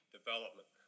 development